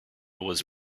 was